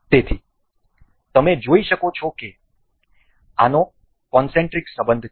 તેથી તમે જોઈ શકો છો કે આનો કોનસેન્ટ્રિક સંબંધ છે